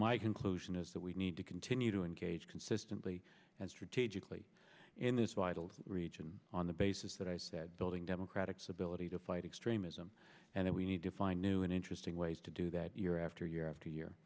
my conclusion is that we need to continue to engage consistently and strategically in this vital region on the basis that i said building democratic civility to fight extremism and that we need to find new and interesting ways to do that year after year after year